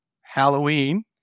Halloween